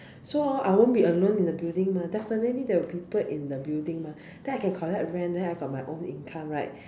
so hor I won't be alone in the building mah definitely there will people in the building mah then I can collect rent then I got my own income right